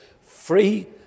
free